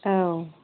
औ